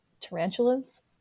Tarantulas